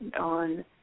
on